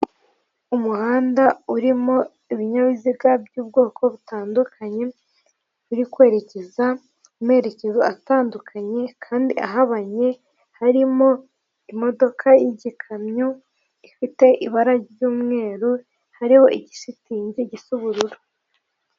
Umuhanda urimo ibinyabiziga by'ubwoko butandukanye, biri kwerekeza mu amerekezo atandukanye, kandi ahabanye harimo imodoka y'igikamyo gifite ibara ry'umweru, hariho igisitingi gisa ubururu.